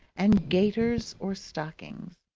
and gaiters or stockings.